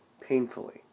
painfully